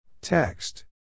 Text